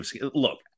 look